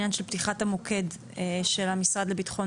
העניין של פתיחת המוקד של המשרד לביטחון